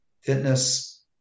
fitness